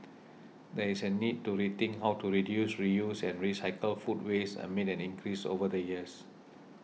there is a need to rethink how to reduce reuse and recycle food waste amid an increase over the years